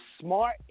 smart